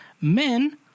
men